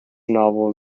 novel